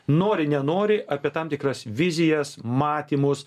nori nenori apie tam tikras vizijas matymus